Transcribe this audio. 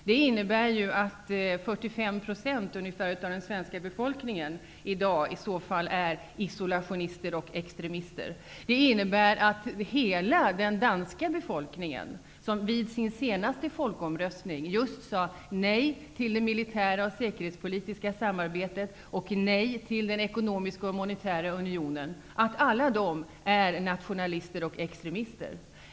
Det innebär att ungefär 45 % av den svenska befolkningen i dag skulle vara isolationister eller extremister. Det innebär också att hela den danska befolkningen, som vid sin senaste folkomröstning sade nej till det militära och säkerhetspolitiska samarbetet och nej till den ekonomiska och monetära unionen, skulle vara nationalister och extremister.